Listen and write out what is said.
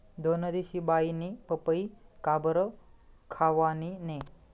दोनदिशी बाईनी पपई काबरं खावानी नै